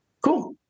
cool